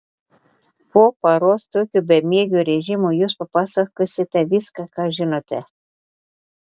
po paros tokio bemiegio režimo jūs papasakosite viską ką žinote